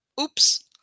oops